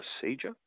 procedure